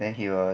then he was